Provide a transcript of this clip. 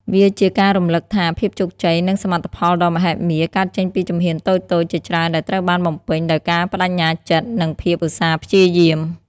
វាជាការរំលឹកថា ភាពជោគជ័យ និងសមិទ្ធផលដ៏មហិមា កើតចេញពីជំហានតូចៗជាច្រើនដែលត្រូវបានបំពេញដោយការប្តេជ្ញាចិត្ត និងភាពឧស្សាហ៍ព្យាយាម។